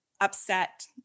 upset